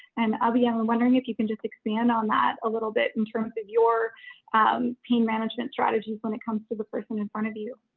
and abhi i'm and wondering if you can just expand on that a little bit in terms of your pain management strategies when it comes to the person in front of you.